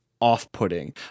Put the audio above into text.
off-putting